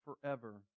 forever